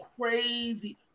Crazy